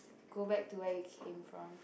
go back to where you came from